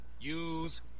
use